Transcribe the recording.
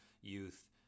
youth